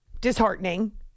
disheartening